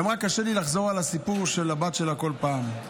קשה לי לחזור על הסיפור של הבת שלי כל פעם.